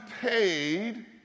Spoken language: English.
paid